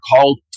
called